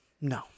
No